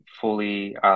fully –